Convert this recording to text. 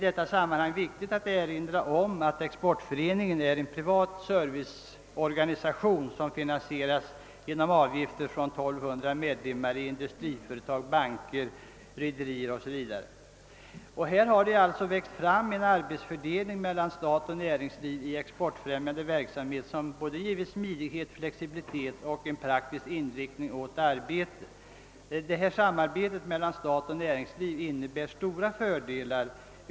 Det är viktigt att erinra om att Exportföreningen är en privat serviceorganisation som finansieras genom avgifter från 1200 medlemmar: industriföretag, banker, rederier o. s. v. Här har det alltså i den exportfrämjande verksamheten växt fram en arbetsfördelning mellan stat och näringsliv som givit smidighet, flexibilitet och praktisk inriktning åt arbetet. Detta samarbete mellan stat och näringsliv innebär stora fördelar.